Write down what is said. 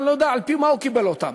אני לא יודע על-פי מה הוא קיבל אותן.